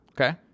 Okay